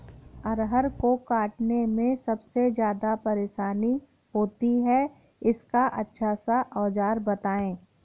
अरहर को काटने में सबसे ज्यादा परेशानी होती है इसका अच्छा सा औजार बताएं?